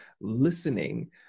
listening